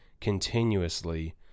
continuously